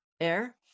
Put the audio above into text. air